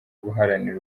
guharanira